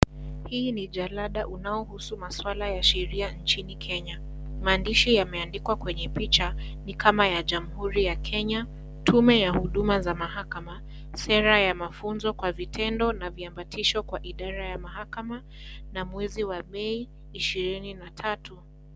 Hii ni jalada unaohusu maswala ya sheria nchini kenya. Maandishi yameandikwa kwenye picha, ni kama ya jamuhuri ya kenya, tume ya huduma za mahakama, sera ya mafunzo kwa vitendo na viambatisho, kwa idara ya mahakama na mwezi wa mei ishirini na tatu.